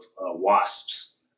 wasps